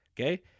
okay